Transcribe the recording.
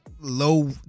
low